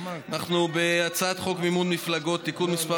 אנחנו בהצעת חוק מימון מפלגות (תיקון מס'